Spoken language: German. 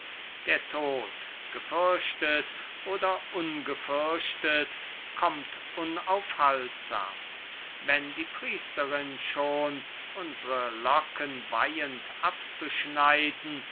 der tod gefürchtet oder ungefürchtet kommt unaufhaltsam wenn die priesterin schon unsre locken weihend abzuschneiden